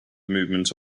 movement